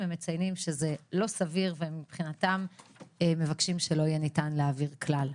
הם מציינים שזה לא סביר ומבחינתם הם מבקשים שלא יהיה ניתן להעביר כלל.